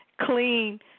clean